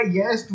yes